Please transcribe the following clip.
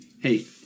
Hey